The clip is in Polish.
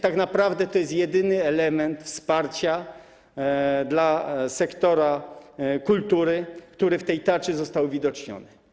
Tak naprawdę to jest jedyny element wsparcia dla sektora kultury, który w tej tarczy został uwidoczniony.